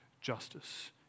justice